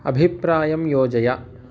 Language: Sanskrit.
अभिप्रायं योजय